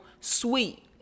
sweet